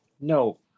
No